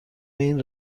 این